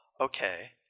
Okay